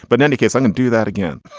but indicates i can do that again.